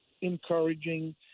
encouraging